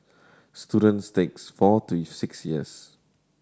students takes four to six years